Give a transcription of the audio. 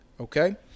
Okay